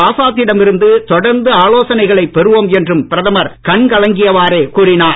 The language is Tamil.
ஆசாத்திடம் இருந்து தொடர்ந்து ஆலோசனைகளை பெறுவோம் என்றும் பிரதமர் கண்கலங்கியவாறே கூறினார்